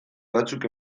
batzuk